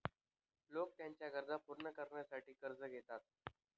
लोक त्यांच्या गरजा पूर्ण करण्यासाठी कर्ज घेतात